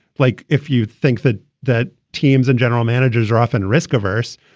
like if you think that that teams and general managers are often risk averse,